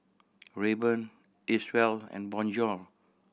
Rayban Acwell and Bonjour